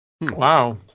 Wow